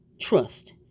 trust